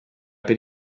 per